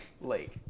lake